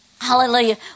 Hallelujah